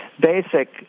basic